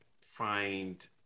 find